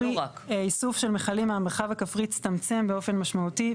איסוף של מכלים מהמרחב הכפרי הצטמצם באופן משמעותי,